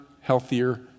healthier